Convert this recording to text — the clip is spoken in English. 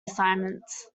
assignments